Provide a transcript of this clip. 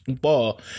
ball